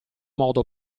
modo